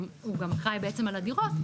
הוא גם חי בעצם על הדירות,